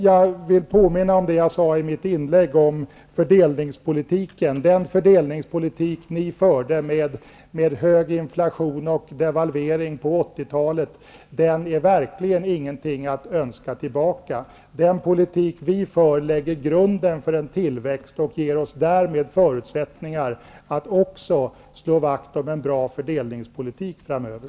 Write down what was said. Jag vill påminna om det jag sade i mitt tidigare inlägg om den fördelningspolitik ni förde med hög inflation och devalvering på 80-talet. Denna är verkligen ingenting att önska tillbaka. Den politik vi bedriver lägger grunden för en tillväxt och ger oss därmed förutsättningar att också slå vakt om en bra fördelningspolitik framöver.